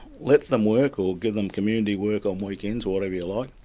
let them work or give them community work on weekends, whatever you like,